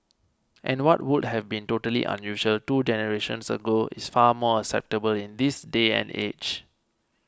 and what would have been totally unusual two generations ago is far more acceptable in this day and age